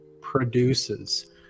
produces